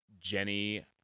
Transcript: Jenny